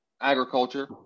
agriculture